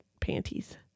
panties